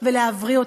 ולדיינים,